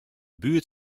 buert